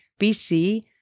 BC